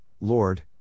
Lord